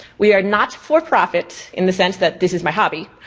we are not-for-profit, in the sense that this is my hobby,